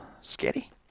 Scary